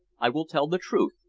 i will tell the truth,